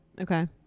Okay